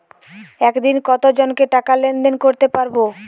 একদিন কত জনকে টাকা লেনদেন করতে পারবো?